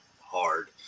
hard